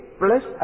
plus